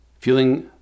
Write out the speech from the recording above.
Feeling